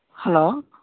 hello